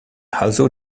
also